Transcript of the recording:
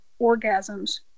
orgasms